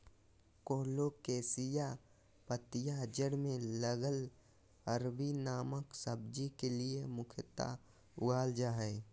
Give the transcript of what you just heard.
colocasia पत्तियां जड़ में लगल अरबी नामक सब्जी के लिए मुख्यतः उगाल जा हइ